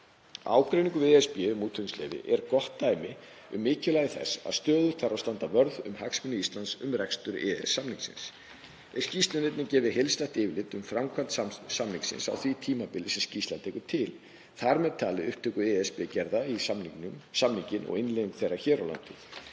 Ágreiningur við ESB um útflutningsleyfi er gott dæmi um mikilvægi þess að stöðugt þarf að standa vörð um hagsmuni Íslands um rekstur EES-samningsins. Í skýrslunni er einnig gefið heildstætt yfirlit um framkvæmd samningsins á því tímabili sem skýrslan tekur til, þar með talið upptöku ESB-gerða í samninginn og innleiðingu þeirra hér á landi.